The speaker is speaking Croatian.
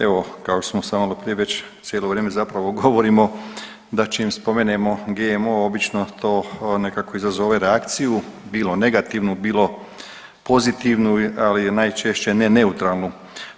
Evo kao što smo se malo prije već cijelo vrijeme zapravo govorimo da čim spomenemo GMO obično to nekako izazove reakciju bilo negativnu, bilo pozitivnu, ali najčešće ne neutralnu